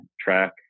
track